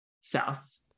South